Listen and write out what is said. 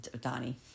Donnie